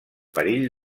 perill